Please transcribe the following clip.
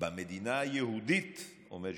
"במדינה היהודית", אומר ז'בוטינסקי,